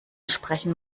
sprechen